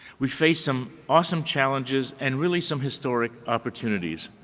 we face some awesome challenges and really some historic opportunities,